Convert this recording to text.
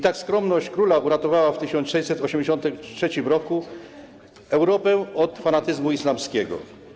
Tak skromność króla uratowała w 1683 r. Europę od fanatyzmu islamskiego.